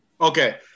Okay